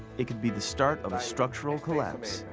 it could be the start of a structural collapse.